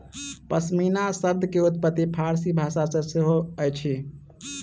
पश्मीना शब्द के उत्पत्ति फ़ारसी भाषा सॅ सेहो अछि